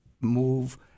move